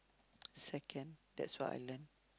second that's what I learnt